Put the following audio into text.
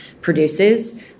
produces